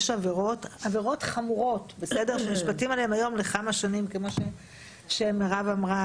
יש עבירות חמורות שנשפטים עליהם היום לכמה שנים כמו שמירב אמרה,